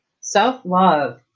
Self-love